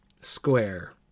square